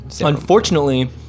Unfortunately